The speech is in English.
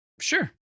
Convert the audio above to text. Sure